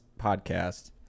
Podcast